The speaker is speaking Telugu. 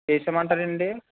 వేసేయమంటారా అండి